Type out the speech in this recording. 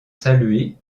saluée